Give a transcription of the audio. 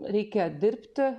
reikia dirbti